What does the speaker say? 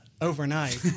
overnight